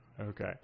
Okay